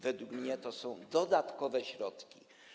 Według mnie to są dodatkowe środki.